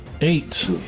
eight